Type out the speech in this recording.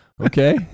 Okay